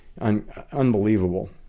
unbelievable